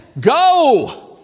Go